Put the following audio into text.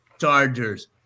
Chargers